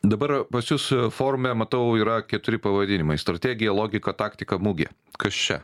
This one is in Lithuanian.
dabar pas jus forume matau yra keturi pavadinimai strategija logika taktika mugė kas čia